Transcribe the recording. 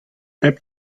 pep